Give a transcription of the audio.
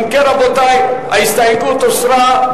אם כן, רבותי, ההסתייגות הוסרה.